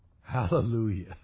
hallelujah